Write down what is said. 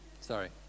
Sorry